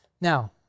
Now